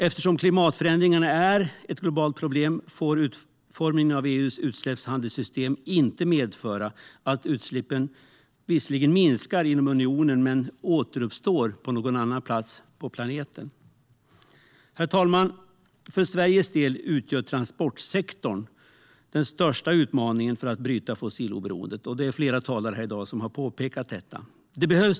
Eftersom klimatförändringarna är ett globalt problem får utformningen av EU:s utsläppshandelssystem inte medföra att utsläppen visserligen minskar inom unionen men återuppstår på någon annan plats på planeten. Herr talman! För Sveriges del utgör transportsektorn den största utmaningen för att bryta fossilberoendet; flera talare har påpekat detta här i dag.